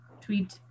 tweet